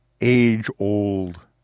age-old